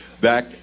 back